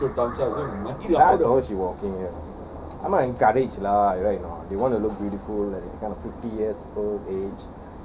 நான்:naan encourage lah right or not they want to look beautiful at kind of fifty years old age